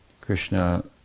Krishna